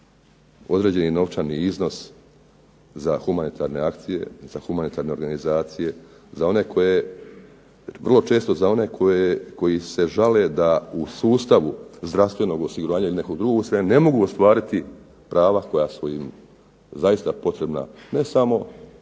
određeni novčani iznos za humanitarne akcije, za humanitarne organizacije, za one koje, vrlo često za one koji se žale da u sustavu zdravstvenog osiguranja ili nekog drugog se ne mogu ostvariti prava koja su im zaista potrebna ne samo u